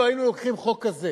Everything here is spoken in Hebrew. אילו היינו לוקחים חוק כזה